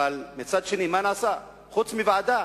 אבל מצד שני מה נעשה, חוץ מוועדה?